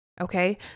Okay